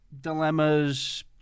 dilemmas